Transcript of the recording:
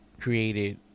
created